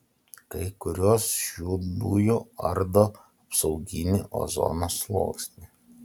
kai kurios šių dujų ardo apsauginį ozono sluoksnį